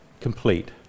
complete